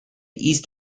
east